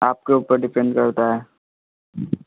आप के ऊपर डिपेंड करता है